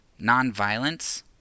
nonviolence